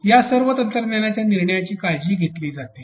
या सर्व तंत्रज्ञानाच्या निर्णयाची काळजी घेतली जाते